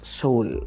soul